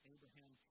Abraham